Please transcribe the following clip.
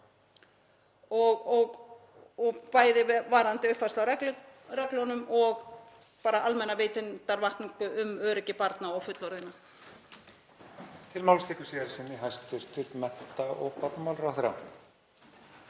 bæði varðandi uppfærslu á reglunum og bara almenna vitundarvakningu um öryggi barna og fullorðinna.